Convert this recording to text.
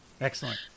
Excellent